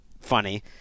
funny